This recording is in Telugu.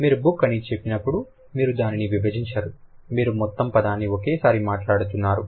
మీరు బుక్ అని చెప్పినప్పుడు మీరు దానిని విభజించరు మీరు మొత్తం పదాన్ని ఒకేసారి మాట్లాడుతున్నారు